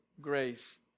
grace